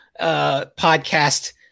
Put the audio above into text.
podcast